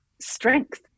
strength